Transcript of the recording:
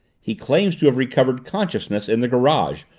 he claims to have recovered consciousness in the garage,